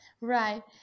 Right